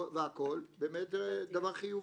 באמת זה דבר חיובי,